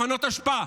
לפנות אשפה,